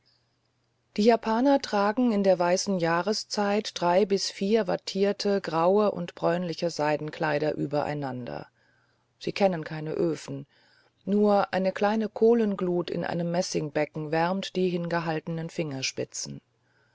die japaner tragen in der weißen jahreszeit drei bis vier wattierte graue und bräunliche seidenkleider übereinander sie kennen keine öfen nur eine kleine kohlenglut in einem messingbecken wärmt die hingehaltenen fingerspitzen